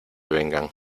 vengan